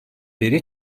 beri